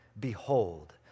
Behold